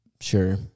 sure